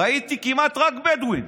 ראיתי כמעט רק בדואים.